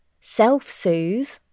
self-soothe